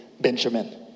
Benjamin